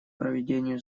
проведению